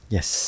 Yes